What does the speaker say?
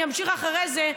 אני אמשיך אחרי זה,